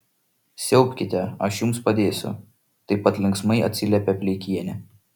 siaubkite aš jums padėsiu taip pat linksmai atsiliepė pleikienė